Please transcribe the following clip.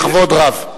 בכבוד רב.